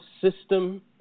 system